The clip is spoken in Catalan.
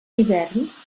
hiverns